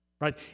right